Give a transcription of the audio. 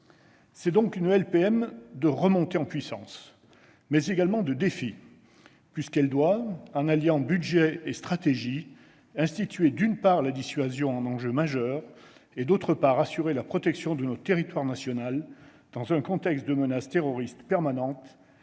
C'est donc une LPM de remontée en puissance, mais également de défis. En effet, elle doit, en alliant budget et stratégie, instituer, d'une part, la dissuasion en enjeu majeur et, d'autre part, assurer la protection de notre territoire national, dans un contexte de menace terroriste permanente